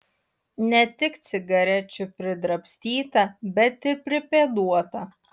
ne tik cigarečių pridrabstyta bet ir pripėduota